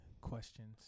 questions